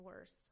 worse